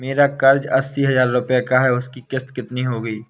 मेरा कर्ज अस्सी हज़ार रुपये का है उसकी किश्त कितनी होगी?